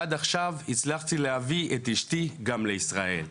עד עכשיו הצלחתי להביא את אשתי גם לישראל.